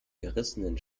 gerissenen